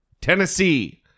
Tennessee